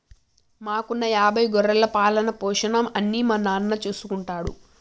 మాకున్న యాభై గొర్రెల పాలన, పోషణ అన్నీ మా నాన్న చూసుకుంటారు